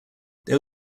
there